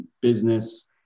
business